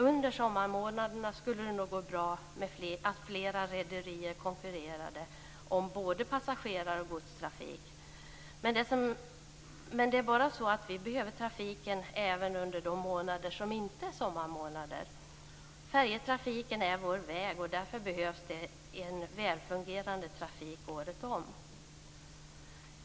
Under sommarmånaderna skulle det nog gå bra att flera rederier konkurrerade om både passagerare och godstrafik. Men vi behöver trafiken även under de månader som inte är sommarmånader. Färjetrafiken är vår väg, och därför behövs det en välfungerande trafik året om.